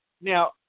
Now